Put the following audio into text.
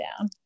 down